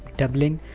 dublin,